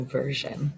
version